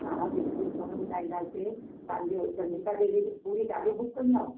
हा बिल्कुलु छो न ॿुधाईंदासीं तव्हांजो चंद्रीका देवी पूरी गाॾी बुक कंदौ